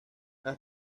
las